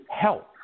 help